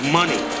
money